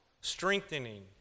Strengthening